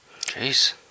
Jeez